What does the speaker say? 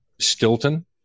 Stilton